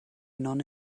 nonne